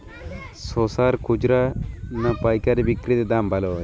শশার খুচরা না পায়কারী বিক্রি তে দাম ভালো হয়?